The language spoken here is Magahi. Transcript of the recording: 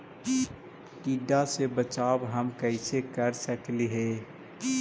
टीडा से बचाव हम कैसे कर सकली हे?